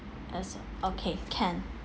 as okay can